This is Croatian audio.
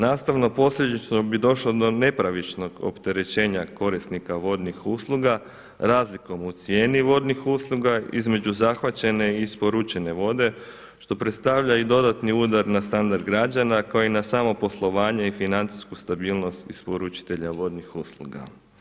Nastavno posljedično bi došlo do nepravičnog opterećenja korisnika vodnih usluga razlikom u cijeni vodnih usluga između zahvaćene i isporučene vode što predstavlja i dodatni udar na standard građana kao i na samo poslovanje i financijsku stabilnost isporučitelja vodnih usluga.